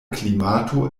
klimato